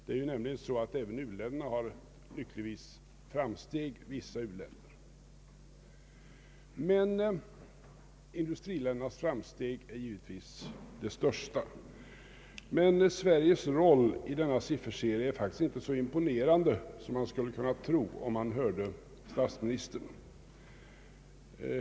Det är nämligen så att även vissa u-länder har gjort framsteg lyckligtvis. Men industriländernas framsteg är givetvis de största. Sveriges roll i denna sifferserie är faktiskt inte så imponerande som man skulle kunna tro efter att ha hört statsministern.